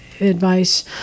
advice